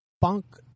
Punk